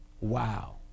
wow